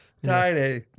Tiny